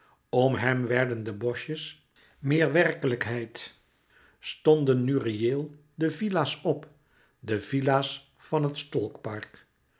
om hem werden de boschjes meer werkelijkheid stonden nu reëel de villa's op de villa's van het